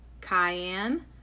cayenne